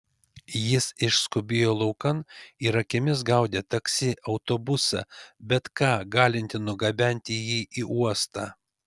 jis išskubėjo laukan ir akimis gaudė taksi autobusą bet ką galintį nugabenti jį į uostą